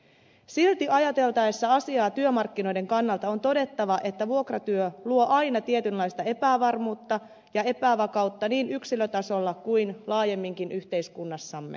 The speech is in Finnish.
silti ajateltaessa asiaa työmarkkinoiden kannalta on todettava että vuokratyö luo aina tietynlaista epävarmuutta ja epävakautta niin yksilötasolla kuin laajemminkin yhteiskunnassamme